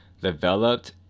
developed